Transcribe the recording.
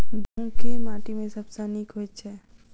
गहूम केँ माटि मे सबसँ नीक होइत छै?